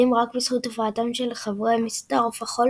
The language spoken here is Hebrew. רק בזכות הופעתם של חברי מסדר עוף החול